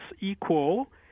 equal